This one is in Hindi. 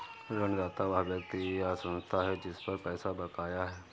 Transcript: ऋणदाता वह व्यक्ति या संस्था है जिस पर पैसा बकाया है